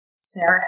Sarah